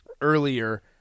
earlier